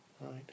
right